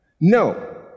No